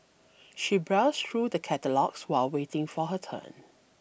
she browsed through the catalogues while waiting for her turn